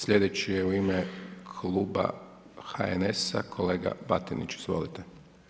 Sljedeći je u ime kluba HNS-a kolega Batinić, izvolite.